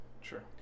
Sure